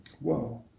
Whoa